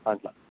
అట్లా